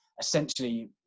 Essentially